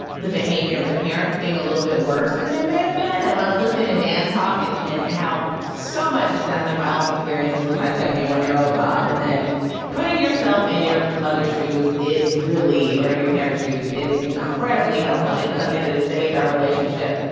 the behavior of the parents being a little bit worse than it may have been and while listening to dan talk and and how so much, it sounds like my whole experiences with my seventy one year old mom and and putting yourself in your mother's shoes is really or in your parents shoes is incredibly helpful. and it's something that has saved our relationship.